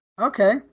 Okay